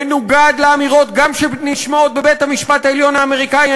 מנוגד גם לאמירות שנשמעות בבית-המשפט העליון האמריקני,